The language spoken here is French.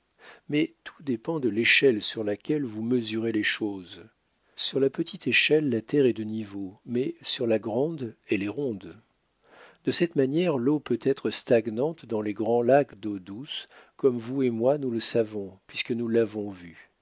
mais tout dépend de l'échelle sur laquelle vous mesurez les choses sur la petite échelle la terre est de niveau mais sur la grande elle est ronde de cette manière l'eau peut être stagnante dans les grands lacs d'eau douce comme vous et moi nous le savons puisque nous l'avons vu